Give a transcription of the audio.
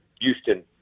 Houston